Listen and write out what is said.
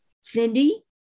Cindy